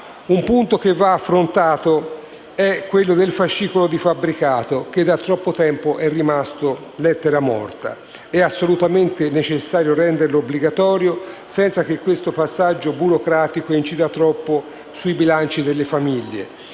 Un punto che va affrontato è quello del fascicolo del fabbricato che da troppo tempo è rimasto lettera morta. È assolutamente necessario renderlo obbligatorio senza che questo passaggio burocratico incida troppo sui bilanci delle famiglie.